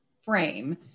frame